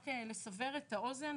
רק לסבר את האוזן,